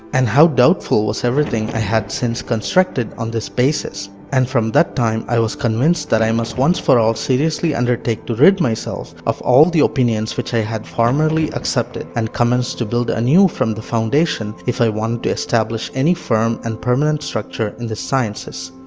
and how doubtful was everything i had since constructed on this basis and from that time i was convinced that i must once for all seriously undertake to rid myself of all the opinions which i had formerly accepted, and commence to build anew from the foundation, if i wanted to establish any firm and permanent structure in the sciences.